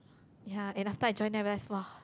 ya and after I join them I just [wah]